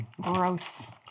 Gross